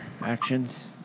actions